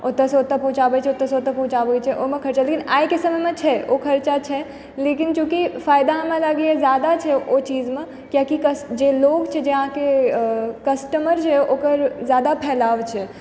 ओतऽ सऽ ओतऽ पहुंचाबै छै ओतऽ सऽ ओतऽ पहुंचाबै छै ओहिमे खर्चा लेकिन आइके समयमे छै ओ खर्चा छै लेकिन चुकि फायदा हमरा लागै यऽ जादा छै ओ चीजमे कियाकि जे लोग छै जे अहाँके कस्टमर जे ओकर जादा फैलाव छै